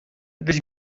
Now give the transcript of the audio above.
which